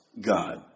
God